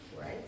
right